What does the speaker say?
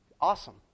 Awesome